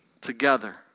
together